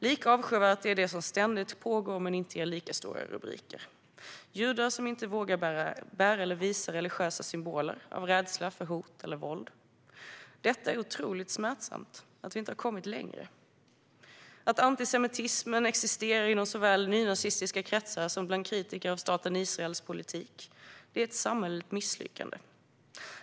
Lika avskyvärt är det som ständigt pågår men som inte ger lika stora rubriker, som har att göra med judar som inte vågar bära eller visa religiösa symboler av rädsla för hot eller våld. Det är otroligt smärtsamt att vi inte har kommit längre. Att antisemitismen existerar såväl inom nynazistiska kretsar som bland kritiker av staten Israels politik är ett samhälleligt misslyckande.